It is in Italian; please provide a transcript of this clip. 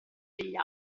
degli